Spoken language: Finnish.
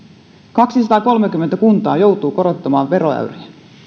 kaksisataakolmekymmentä kuntaa joutuu korottamaan veroäyriä